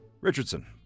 Richardson